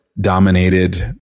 dominated